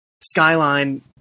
skyline